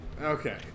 Okay